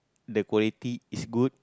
the quality is good